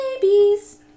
babies